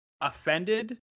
offended